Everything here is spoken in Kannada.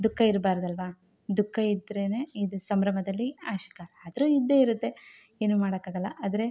ದುಃಖ ಇರಬಾರ್ದಲ್ವ ದುಃಖ ಇದ್ರೇನೆ ಇದು ಸಂಭ್ರಮದಲ್ಲಿ ಅಶ್ಕ ಆದರೂ ಇದ್ದೇ ಇರುತ್ತೆ ಏನು ಮಾಡೋಕಾಗಲ್ಲ ಆದರೆ